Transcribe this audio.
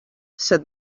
said